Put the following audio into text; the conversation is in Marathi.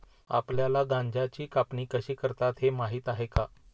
आपल्याला गांजाची कापणी कशी करतात हे माहीत आहे का?